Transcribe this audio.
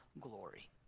glory